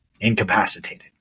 incapacitated